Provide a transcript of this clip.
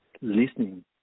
Listening